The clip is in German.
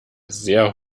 sehr